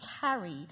carried